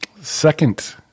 Second